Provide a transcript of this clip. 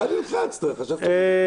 ג.